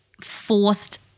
forced-